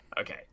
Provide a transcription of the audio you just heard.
Okay